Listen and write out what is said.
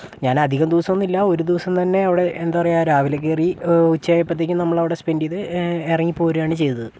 ഞാൻ അധികം ദിവസമൊന്നുമില്ലാ ഒരു ദിവസം തന്നേ അവിടേ എന്താ പറയുക രാവിലേ കയറി ഉച്ച ആയപ്പോഴത്തേക്കും നമ്മൾ അവിടെ സ്പെൻഡ് ചെയ്ത് ഇറങ്ങി പോരുകയാണ് ചെയ്തത്